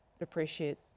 appreciate